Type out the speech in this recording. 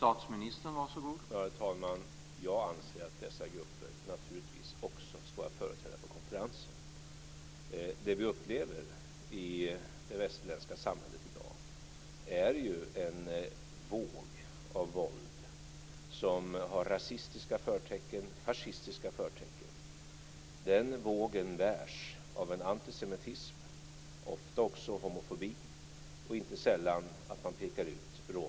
Herr talman! Jag anser att dessa grupper naturligtvis också ska vara företrädda på konferensen. Det vi upplever i det västerländska samhället i dag är en våg av våld som har rasistiska och fascistiska förtecken. Den vågen bärs av en antisemitism och ofta också av en homofobi, och inte sällan pekar man ut romerna.